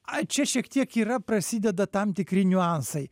ai čia šiek tiek yra prasideda tam tikri niuansai